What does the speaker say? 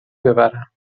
ببرم